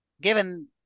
Given